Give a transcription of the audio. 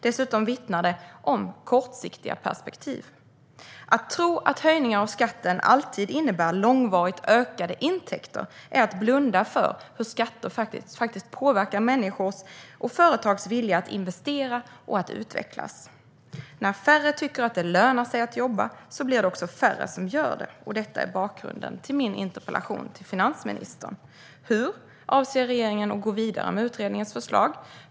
Dessutom vittnar det om kortsiktiga perspektiv. Att tro att höjningar av skatten alltid innebär långvarigt ökade intäkter är att blunda för hur skatter faktiskt påverkar människors och företags vilja att investera och att utvecklas. När färre tycker att det lönar sig att jobba blir det också färre som gör det. Detta är bakgrunden till min interpellation till finansministern. Hur avser regeringen att gå vidare med utredningens förslag?